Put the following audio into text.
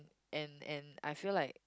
and and I feel like